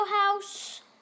house